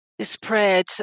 spread